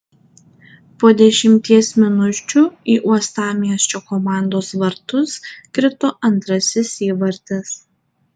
po dešimties minučių į uostamiesčio komandos vartus krito antrasis įvartis